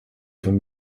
von